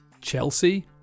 Chelsea